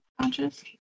conscious